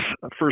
First